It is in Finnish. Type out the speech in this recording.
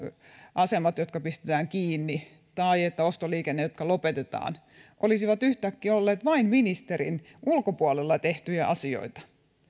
asemat jotka pistetään kiinni tai ostoliikenne joka lopetetaan olisivat yhtäkkiä olleet vain ministerin ulkopuolella tehtyjä asioita